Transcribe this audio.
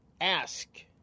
Ask